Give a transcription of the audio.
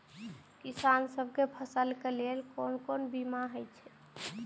किसान सब के फसल के लेल कोन कोन बीमा हे छे?